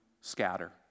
scatter